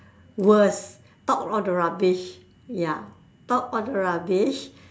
worse talk all the rubbish ya talk all the rubbish